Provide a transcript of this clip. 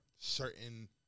certain